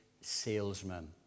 salesman